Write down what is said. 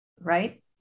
right